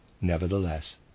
nevertheless